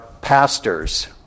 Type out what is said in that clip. pastors